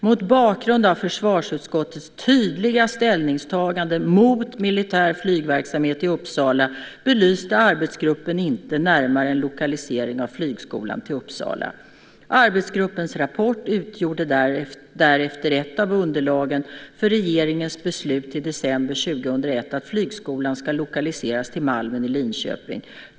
Mot bakgrund av försvarsutskottets tydliga ställningstagande mot militär flygverksamhet i Uppsala belyste arbetsgruppen inte närmare en lokalisering av flygskolan till Uppsala. Arbetsgruppens rapport utgjorde därefter ett av underlagen för regeringens beslut i december 2001, att flygskolan ska lokaliseras till Malmen i Linköping.